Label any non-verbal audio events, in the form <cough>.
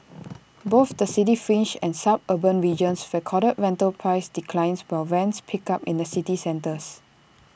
<noise> both the city fringe and suburban regions recorded rental price declines while rents picked up in the city centres